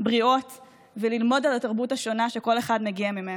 בריאות וללמוד על התרבות השונה שכל אחד מגיע ממנה.